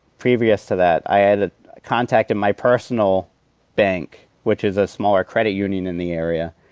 previous to that i had contacted my personal bank, which is a smaller credit union in the area,